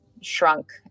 shrunk